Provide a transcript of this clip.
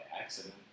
accident